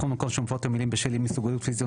בכל מקום שמופיעות המילים 'בשל אי מסוגלות פיזית או